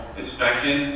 inspection